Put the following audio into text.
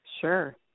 Sure